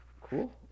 Cool